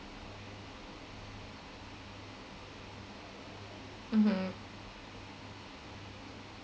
(uh huh)